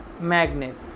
magnet